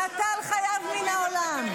נטל חייו מן העולם".